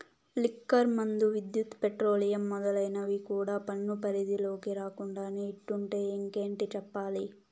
liquor మందు, విద్యుత్, petroleum మొదలైనవి కూడా పన్ను పరిధిలోకి రాకుండానే ఇట్టుంటే ఇంకేటి చెప్పాలి